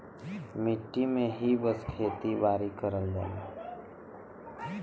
मट्टी में ही सब खेती बारी करल जाला